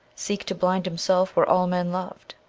seek to blind himself where all men loved?